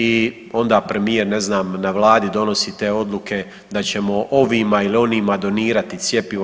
I onda premijer, ne znam na Vladi donosi te odluke da ćemo ovima ili onima donirati cjepivo.